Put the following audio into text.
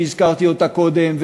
שהזכרתי אותה קודם,